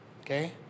okay